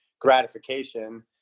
gratification